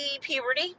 puberty